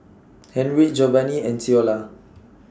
Henriette Jovani and Ceola